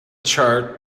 chart